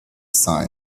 sign